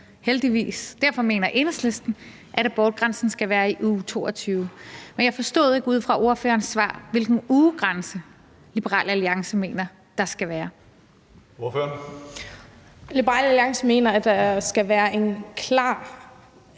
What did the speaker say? Derfor mener Enhedslisten, at abortgrænsen skal være i uge 22. Men jeg forstod ikke ud fra ordførerens svar, hvilken ugegrænse Liberal Alliance mener der skal være. Kl. 14:54 Tredje næstformand (Karsten